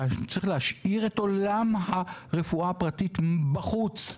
צריך להשאיר את עולם הרפואה הפרטית בחוץ,